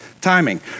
Timing